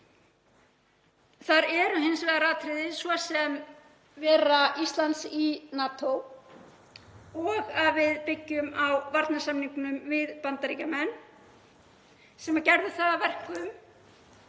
Þar eru hins vegar atriði, svo sem vera Íslands í NATO og að við byggjum á varnarsamningnum við Bandaríkjamenn, sem gerðu það að verkum